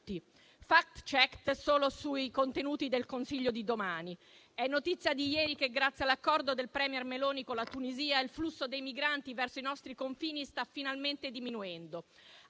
*Fact checking* solo sui contenuti del Consiglio di domani. È notizia di ieri che grazie all'accordo del *premier* Meloni con la Tunisia il flusso dei migranti verso i nostri confini sta finalmente diminuendo.